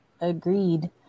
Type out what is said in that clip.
Agreed